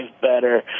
better